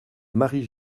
marie